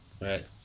Right